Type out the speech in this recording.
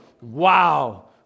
wow